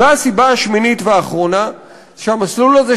הסיבה השמינית והאחרונה היא שהמסלול הזה,